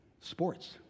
Sports